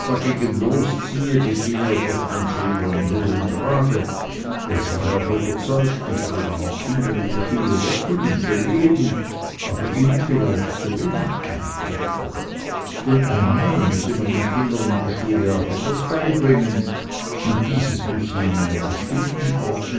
dagegen losziehe begehe er doch den fehler in hohem grade er sei auch überzeugt ich würde die kinder in der schule wecken und beleben aber ihnen vielleicht zu wenig eintrichtern denn einmal müsse man den kindern in der schule auch etwas beibringen und dieses müsse in einer bestimmten